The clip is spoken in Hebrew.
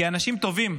כי הם אנשים טובים.